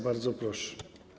Bardzo proszę.